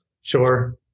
Sure